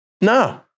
No